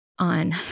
on